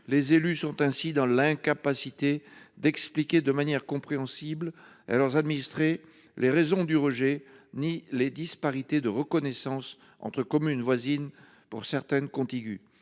Les élus sont ainsi dans l’incapacité d’expliquer de manière compréhensible à leurs administrés les raisons du rejet et les disparités de reconnaissance entre communes voisines, voire contiguës.